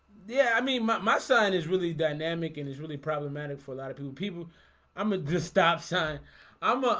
yeah, i mean my son is really dynamic and is really problematic for a lot of people people i'm a just stop sign i'm ah,